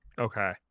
okay